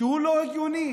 שהוא לא הגיוני.